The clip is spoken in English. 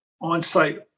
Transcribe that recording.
on-site